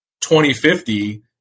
2050